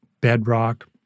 bedrock